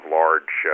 large